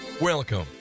Welcome